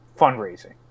fundraising